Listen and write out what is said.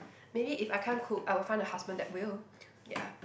maybe if I can't cook I will find a husband that will ya